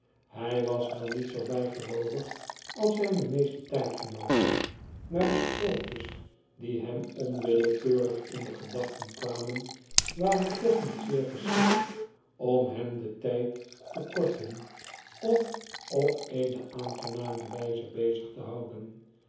hy was wel niet zoo bjjgeloovig als zpe meeste tydgenooten maar de sprookjes die hem onwillekeurig in de gedachten kwamen waren toch niet zeer geschikt om hem den tijd te korten of op eene aangename wyze bezig te houden